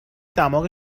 دماغ